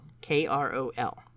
K-R-O-L